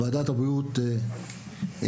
ועדת הבריאות חשובה,